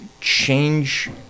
change